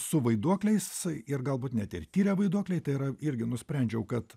su vaiduokliais ir galbūt net tiria vaiduokliai tai yra irgi nusprendžiau kad